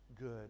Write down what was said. good